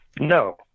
No